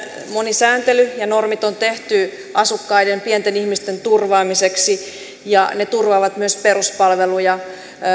moni sääntely ja monet normit on tehty asukkaiden pienten ihmisten turvaamiseksi ja ne turvaavat myös peruspalveluja